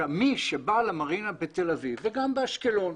מי שבא למרינה בתל אביב וגם באשקלון,